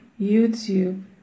YouTube